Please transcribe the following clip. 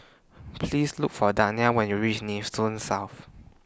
Please Look For Dayna when YOU REACH Nee Soon South